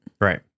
Right